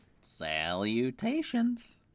salutations